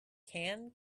can